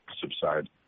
subside